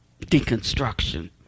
deconstruction